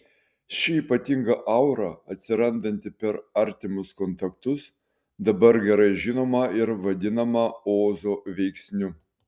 ši ypatinga aura atsirandanti per artimus kontaktus dabar gerai žinoma ir vadinama ozo veiksniu